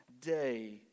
day